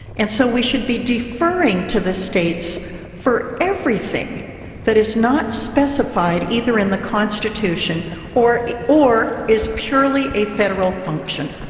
and so we should be deferring to the states for everything that is not specified either in the constitution or or is purely a federal function.